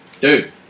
Dude